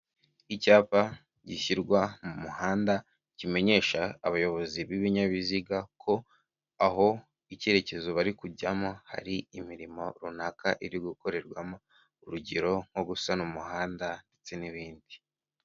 Icyapa gishyirwa mu muhanda, kimenyesha abayobozi b'ibinyabiziga ko aho icyerekezo bari kujyamo hari imirimo runaka iri gukorerwamo, urugero nko gusana umuhanda ndetse n'ibindi.